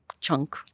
chunk